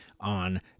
on